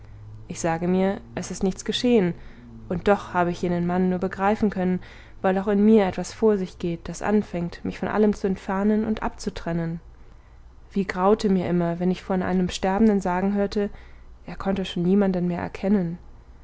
ich sage mir es ist nichts geschehen und doch habe ich jenen mann nur begreifen können weil auch in mir etwas vor sich geht das anfängt mich von allem zu entfernen und abzutrennen wie graute mir immer wenn ich von einem sterbenden sagen hörte er konnte schon niemanden mehr erkennen